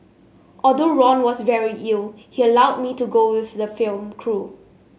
although Ron was very ill he allowed me to go with the film crew